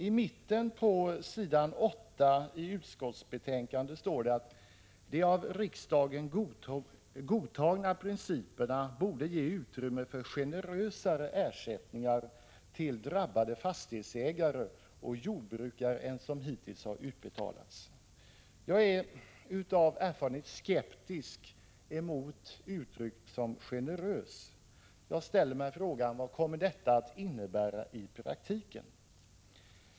I mitten på s. 8 i utskottsbetänkandet heter det att de av riksdagen godtagna principerna borde ge utrymme för generösare ersättningar till drabbade fastighetsägare och jordbrukare än som hittills har utbetalats. Jag är av erfarenhet skeptisk mot uttryck som ”generös”. Jag ställer mig frågan: Vad kommer detta att innebära i praktiken?